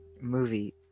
movie